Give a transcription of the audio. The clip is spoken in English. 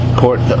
court